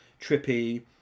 trippy